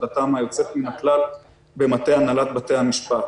עבודתם היוצאת מן הכלל במטה הנהלת בתי המשפט.